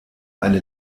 eine